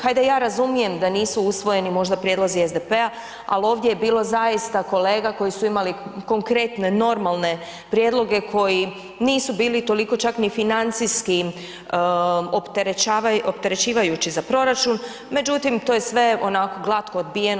Hajde ja razumijem da nisu usvojeni možda prijedlozi SPD-a, al ovdje je bilo zaista kolega koji su imali konkretne normalne prijedloge koji nisu bili toliko čak ni financijski opterećivajući za proračun, međutim to je sve onako glatko odbijeno.